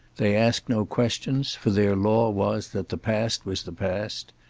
they asked no questions, for their law was that the past was the past.